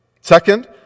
Second